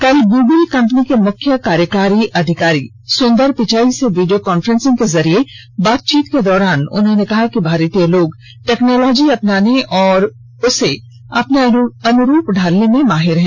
कल Google company के मुख्य कार्यकारी अधिकारी सुंदर पिचाई से वीडियों कांफ्रेंसिंग के जरिए बातचीत के दौरान उन्होंने कहा कि भारतीय लोग टेक्नोलॉजी अपनाने और उसके अनुरूप अपने को ढालने में माहिर हैं